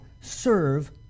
serve